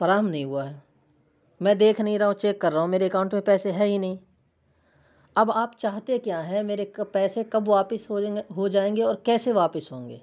فراہم نہیں ہوا ہے میں دیکھ نہیں رہا ہوں چیک کر رہا ہوں میرے اکاؤنٹ میں پیسے ہیں ہی نہیں اب آپ چاہتے کیا ہیں میرے پیسے کب واپس ہو ہو جائیں گے اور کیسے واپس ہوں گے